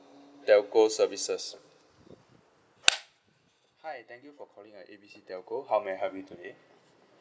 telco services hi thank you for calling uh A B C telco how may I help you today